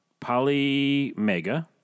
Polymega